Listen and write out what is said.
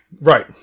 Right